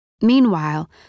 Meanwhile